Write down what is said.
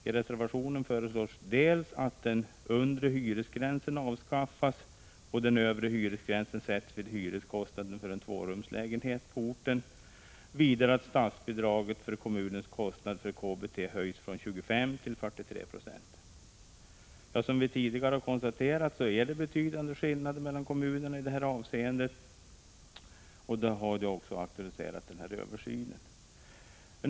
I reservationen föreslås dels att den undre hyresgränsen avskaffas och den övre hyresgränsen sätts vid hyreskostnaden för en tvårumslägenhet på orten, dels att statsbidraget för kommunens kostnad för KBT höjs från 25 till 43 90. Som tidigare konstaterats, är det betydande skillnader mellan kommunerna i detta avseende, och det har aktualiserat en översyn.